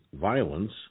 violence